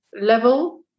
level